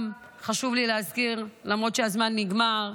חשוב לי גם להזכיר, למרות שהזמן נגמר,